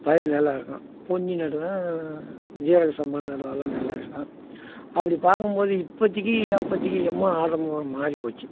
பயிர் நல்லாயிருக்கும் பொன்னி நடுவேன் ஜீரக சம்பா நடுவேன் அதெல்லாம் நல்லாயிருக்கும் அப்படி பார்க்கும் போது இப்பத்தைக்கி அப்பத்தைக்கி எம்மா மாறிப்போச்சு